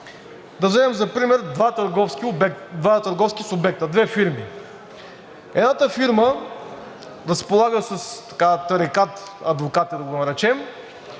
Да вземем за пример два търговски субекта, две фирми. Едната фирма разполага с тарикат-адвокати, да го наречем,